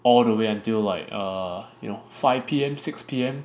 all the way until like uh you know five P_M six P_M